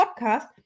podcast